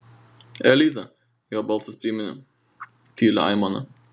eliza jo balsas priminė tylią aimaną